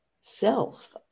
self